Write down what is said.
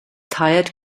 tired